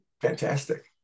Fantastic